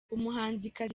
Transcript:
umuhanzikazi